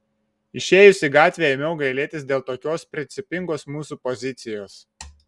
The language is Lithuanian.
išėjus į gatvę ėmiau gailėtis dėl tokios principingos mūsų pozicijos